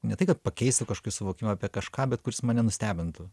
ne tai kad pakeistų kažkį suvokimą apie kažką bet kuris mane nustebintų